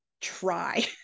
try